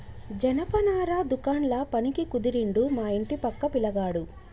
జనపనార దుకాండ్ల పనికి కుదిరిండు మా ఇంటి పక్క పిలగాడు